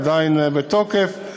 עדיין בתוקף?